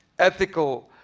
ethical